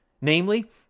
namely